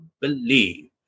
believe